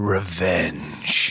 Revenge